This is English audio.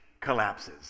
collapses